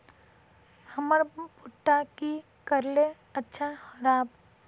हमर भुट्टा की करले अच्छा राब?